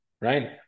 right